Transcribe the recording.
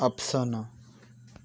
Afsana